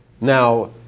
Now